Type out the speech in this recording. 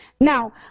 Now